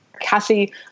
Cassie